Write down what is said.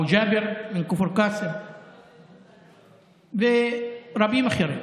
אבו ג'אבר מכפר קאסם ורבים אחרים.